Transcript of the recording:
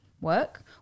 work